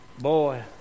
Boy